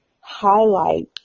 highlight